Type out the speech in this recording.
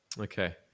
Okay